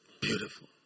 Beautiful